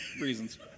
reasons